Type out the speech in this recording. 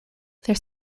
their